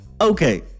okay